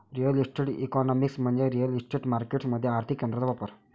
real estate economics म्हणजे real estate markets मध्ये आर्थिक तंत्रांचा वापर